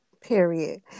Period